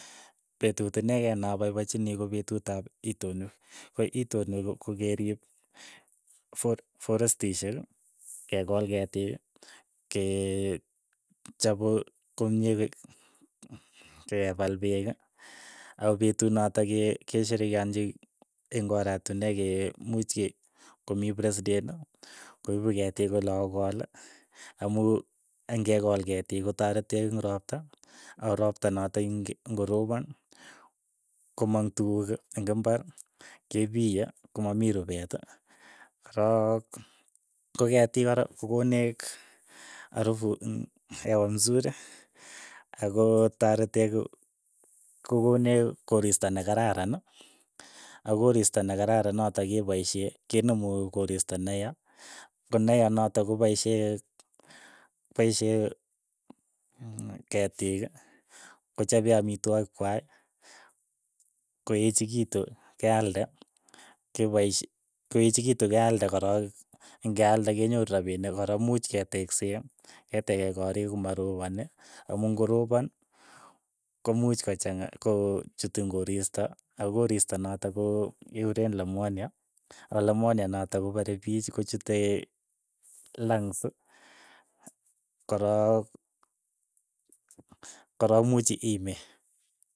Petut inekei na paipachini ko petut ap itonwek, ko itonwek ko ko keriip fo forestishek, kekool ketiik, kee chapu komie ke paal peek, ako petut notok ke- kesherekeanji eng' oratinwek ke muuch ke komii presitent, koipu ketiik kole okool amu ng'ekool ketiik kotaretech eng' roopta, ako ropta natak ing ng'oropon, komong tuku eng' imbar kepiye, komamii rupeet, korook, ko ketiik kora kokoneech arufu hewa msuri ako tarete ko kokonech koristo nekararan, ako koristo nekararan notok kepaishe kenemu koristo neya, koneya nootok kopaishe paishee ketiik, kochape amitwogik kwai, koechikitu, kealde, kepaish koechikitu kealde korok, ngealde kenyoru rapinik kora, imuch ketekse, ketekee korik komaroponi, amu ngoropon komuuch kochaanga kochutin koristo, ako koristo notok ko kikureen lemonia, ako lemoni notok kopare piich, ako leomia notok kochute langs, korook korook imuuch imee.